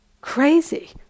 Crazy